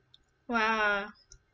!wah!